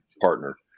partner